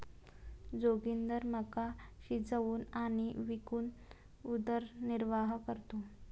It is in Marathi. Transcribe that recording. जोगिंदर मका शिजवून आणि विकून उदरनिर्वाह करतो